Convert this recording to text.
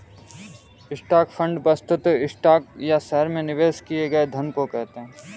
stock fund वस्तुतः stock या शहर में निवेश किए गए धन को कहते हैं